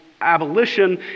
abolition